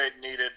needed